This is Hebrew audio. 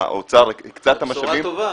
האוצר הקצה את המשאבים.